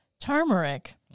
turmeric